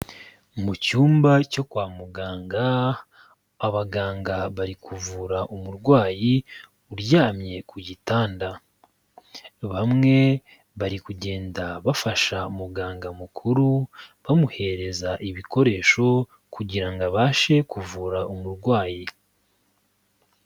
Mu cyumba cyo kwa muganga, abaganga bari kuvura umurwayi uryamye ku gitanda, bamwe bari kugenda bafasha muganga mukuru, bamuhereza ibikoresho kugira abashe kuvura umurwayi.